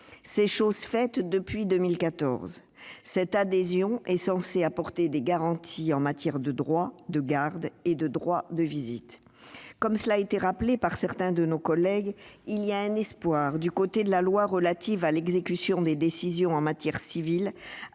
C'est chose faite depuis 2014. Cette adhésion est censée apporter des garanties en matière de droit de garde et de droit de visite. Comme cela a été rappelé par certains collègues, un espoir se fonde sur la loi relative à l'exécution des décisions en matière civile,